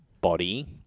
body